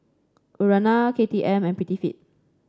Urana K T M and Prettyfit